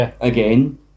Again